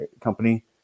company